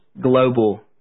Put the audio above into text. global